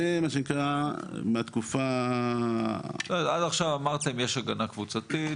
זה מה שנקרא מהתקופה --- אז עד עכשיו אמרתם שיש הגנה קבוצתית,